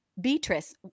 Beatrice